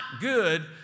good